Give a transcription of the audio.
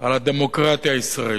על הדמוקרטיה הישראלית,